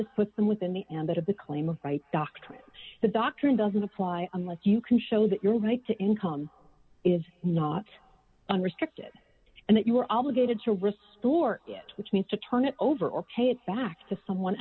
this puts them within the ambit of the claim of right doctrine the doctrine doesn't apply unless you can show that your right to income is not unrestricted and that you were obligated to restore it which means to turn it over or pay it back to someone